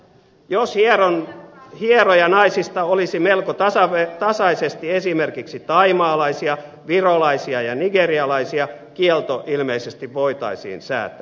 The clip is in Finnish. jos hierojanaisissa olisi melko tasaisesti esimerkiksi thaimaalaisia virolaisia ja nigerialaisia kielto voitaisiin säätää